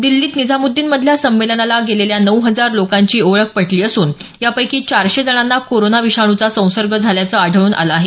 दिल्लीत निझामुद्दीनमधल्या संमेलनाला गेलेल्या नऊ हजार लोकांची ओळख पटली असून यापैकी चारशे जणांना कोरोना विषाणूचा संसर्ग झाल्याचं आढळून आलं आहे